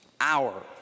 hour